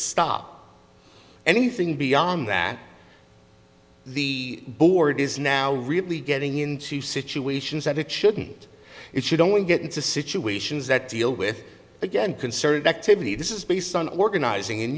stop anything beyond that the board is now really getting into situations that it shouldn't it should only get into situations that deal with again concerted activity this is based on organizing